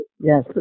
Yes